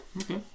Okay